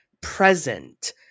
present